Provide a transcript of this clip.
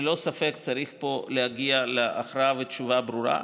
ללא ספק צריך להגיע פה להכרעה ולתשובה ברורה.